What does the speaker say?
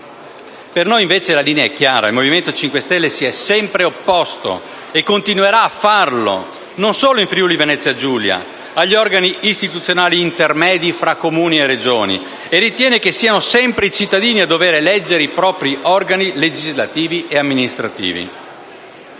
5 Stelle la linea è chiara: ci siamo sempre opposti e continueremo a farlo, non solo in Friuli-Venezia Giulia, agli organi istituzionali intermedi tra Comuni e Regioni e riteniamo che siano sempre i cittadini a dover eleggere i propri organi legislativi e amministrativi.